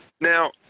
Now